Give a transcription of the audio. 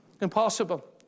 Impossible